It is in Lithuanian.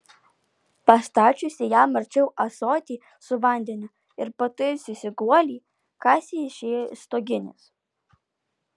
pastačiusi jam arčiau ąsotį su vandeniu ir pataisiusi guolį kasė išėjo iš stoginės